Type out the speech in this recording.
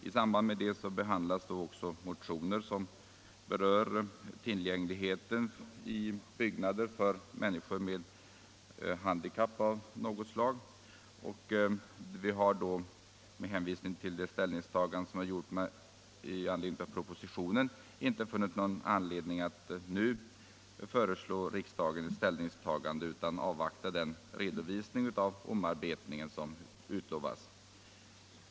Utskottet har också behandlat motioner angående tillgängligheten till byggnader för människor med handikapp av något slag, och vi har med hänvisning till det ställnings 189 tagande som gjorts med anledning av propositionen inte funnit anledning att nu föreslå riksdagen några konkreta ändringar utan avvaktar den redovisning av omarbetningen som utlovats.